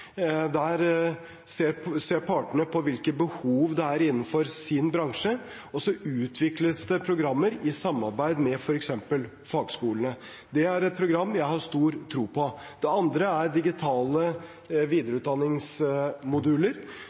Der ser partene på hvilke behov det er innenfor deres bransje. Så utvikles det programmer i samarbeid med f.eks. fagskolene. Det er et program jeg har stor tro på. Det andre er digitale videreutdanningsmoduler,